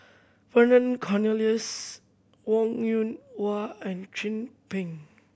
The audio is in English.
Vernon Cornelius Wong Yoon Wah and Chin Peng